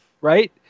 right